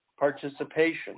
participation